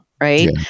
right